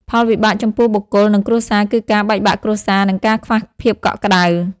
ផលវិបាកចំពោះបុគ្គលនិងគ្រួសារគឺការបែកបាក់គ្រួសារ និងការខ្វះភាពកក់ក្ដៅ។